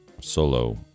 solo